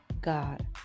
God